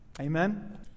Amen